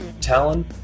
talon